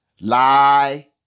lie